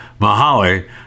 Mahali